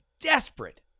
desperate